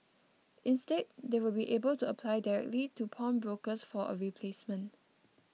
instead they will be able to apply directly to pawnbrokers for a replacement